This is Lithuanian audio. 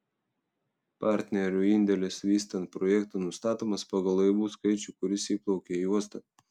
partnerių indėlis vystant projektą nustatomas pagal laivų skaičių kuris įplaukia į uostą